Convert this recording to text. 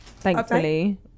thankfully